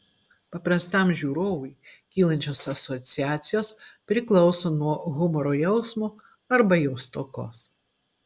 paprastam žiūrovui kylančios asociacijos priklauso nuo humoro jausmo arba jo stokos